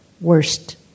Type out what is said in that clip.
worst